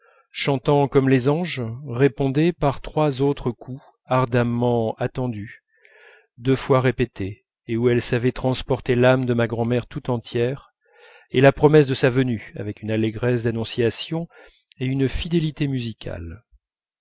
chantant comme les anges répondait par trois autres coups ardemment attendus deux fois répétés et où elle savait transporter l'âme de ma grand'mère tout entière et la promesse de sa venue avec une allégresse d'annonciation et une fidélité musicale